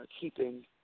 keeping